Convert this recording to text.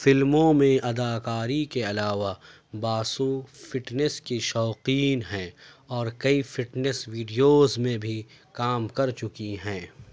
فلموں میں اداکاری کے علاوہ باسو فٹنس کی شوقین ہیں اور کئی فٹنس ویڈیوز میں بھی کام کر چکی ہیں